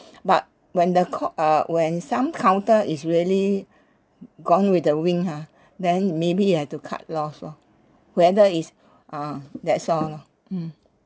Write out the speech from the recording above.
but when the co~ uh when some counter is really gone with the wind ha then maybe you had to cut lost lor whether it's uh that's all lah mm